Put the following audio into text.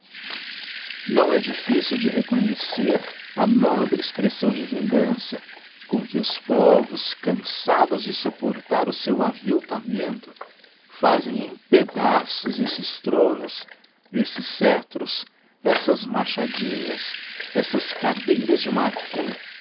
não é difficil de reconhecer a nobre expressão de vingança com que os povos cansados de supportar o seu aviltamento fazem em pedaços esses thronos esses sceptros essas machadinhas essas cadeiras de marfim